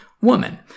woman